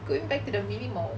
going back to the minimum